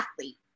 athlete